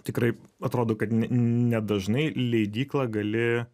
tikrai atrodo kad n ne nedažnai leidyklą gali